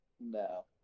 No